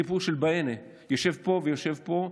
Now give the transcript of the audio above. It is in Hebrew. אני חוזר לשאילתה: הסיפור של בענה יושב פה ויושב פה,